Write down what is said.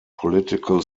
political